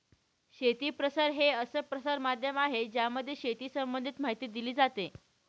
शेती प्रसार हे असं प्रसार माध्यम आहे ज्यामध्ये शेती संबंधित माहिती दिली जाते